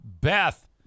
Beth